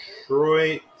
Detroit